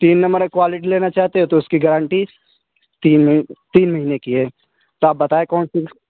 تین نمبر کا کوائلٹی لینا چاہتے ہیں تو اس کی گارنٹی تین تین مہینے کی ہے تو آپ بتائیں کون سی